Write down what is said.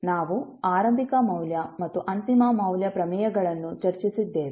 ನಾವು ಆರಂಭಿಕ ಮೌಲ್ಯ ಮತ್ತು ಅಂತಿಮ ಮೌಲ್ಯ ಪ್ರಮೇಯಗಳನ್ನೂ ಚರ್ಚಿಸಿದ್ದೇವೆ